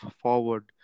forward